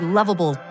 lovable